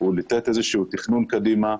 הוא לתת איזשהו תכנון קדימה,